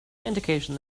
indication